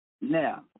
now